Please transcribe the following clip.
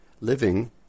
living